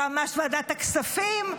יועמ"ש ועדת הכספים.